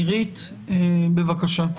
עירית, בבקשה.